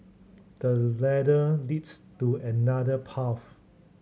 the ladder leads to another path